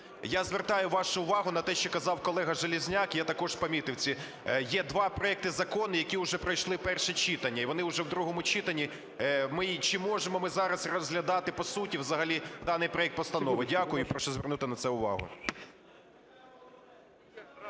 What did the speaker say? я звертаю вашу увагу на те, що казав колега Железняк, я також помітив це. Є два проекти законів, які вже пройшли перше читання і вони вже в другому читанні. Чи можемо ми зараз розглядати по суті взагалі даний проект постанови? Дякую. І прошу звернути на це увагу.